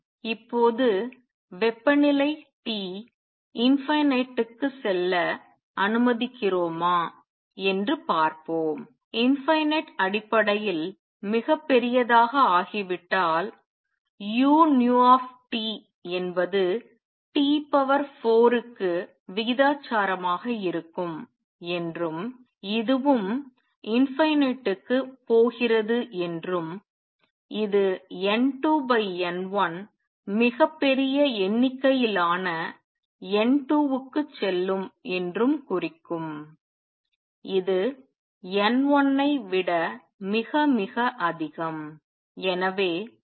இப்போது வெப்பநிலை T க்கு செல்ல அனுமதிக்கிறோமா என்று பார்ப்போம் ∞ அடிப்படையில் மிகப் பெரியதாக ஆகிவிட்டால் u nu T uT என்பது T4க்கு விகிதாச்சாரமாக இருக்கும் என்றும் இதுவும் க்கு போகிறது என்றும் இது N2N1 மிகப் பெரிய எண்ணிக்கையிலான N2 க்குச் செல்லும் என்றும் குறிக்கும் இது N1 ஐ விட மிக மிக அதிகம்